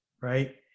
Right